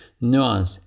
nuance